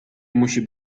musi